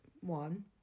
one